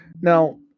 Now